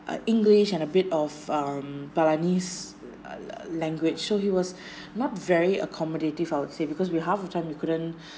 uh english and a bit of um balinese la~ la~ language so he was not very accommodative I would say because we half the time we couldn't